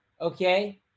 okay